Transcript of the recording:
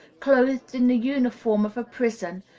clothed in the uniform of a prison,